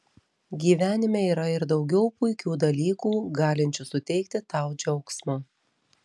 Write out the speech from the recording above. gyvenime yra ir daugiau puikių dalykų galinčių suteikti tau džiaugsmo